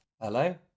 Hello